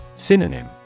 Synonym